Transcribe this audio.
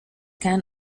can